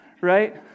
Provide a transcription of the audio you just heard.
Right